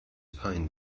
pine